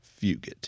Fugate